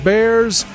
Bears